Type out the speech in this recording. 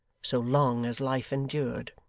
so long as life endured.